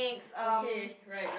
okay right